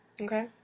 Okay